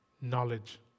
knowledge